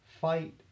fight